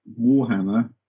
Warhammer